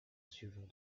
suivant